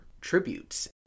tributes